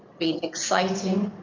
been exciting.